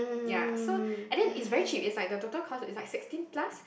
ya so and then it's very cheap is like the total cost is like sixteen plus